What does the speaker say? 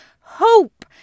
hope